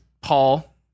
Paul